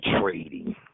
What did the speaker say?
trading